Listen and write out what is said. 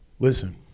Listen